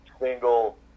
single